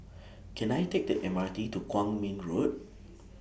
Can I Take The M R T to Kwong Min Road